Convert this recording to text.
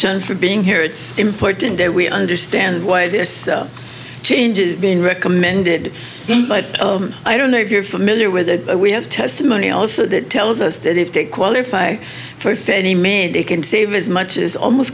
jones for being here it's important that we understand why this change is being recommended but i don't know if you're familiar with it we have testimony also that tells us that if they qualify for a fake e mail they can save as much as almost